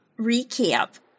Recap